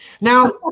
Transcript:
Now